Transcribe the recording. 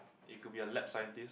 it could be a lab scientist